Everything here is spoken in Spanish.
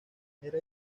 era